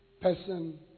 person